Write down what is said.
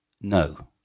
No